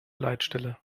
leitstelle